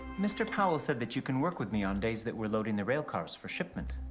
mr. powell said that you can work with me on days that we're loading the rail cars for shipment.